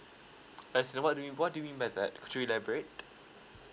as what do you what do you mean by that could you elaborate